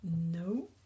No